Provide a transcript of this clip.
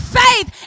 faith